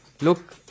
Look